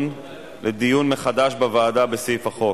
מבקשת הממשלה לתמוך בהצעת החוק